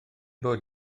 bod